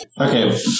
Okay